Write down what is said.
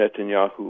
Netanyahu